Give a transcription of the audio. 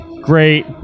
great